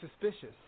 suspicious